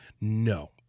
No